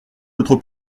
votre